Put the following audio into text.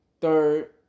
third